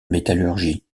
métallurgie